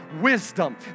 Wisdom